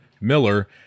Miller